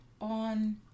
on